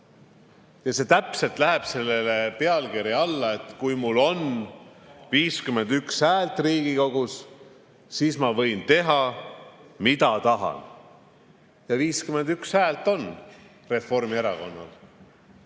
See täpselt läheb selle pealkirja alla, et kui mul on 51 häält Riigikogus, siis ma võin teha, mida tahan. Ja Reformierakonnal